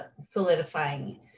solidifying